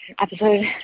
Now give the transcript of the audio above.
episode